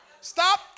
Stop